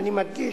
אני מדגיש,